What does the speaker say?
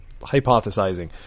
hypothesizing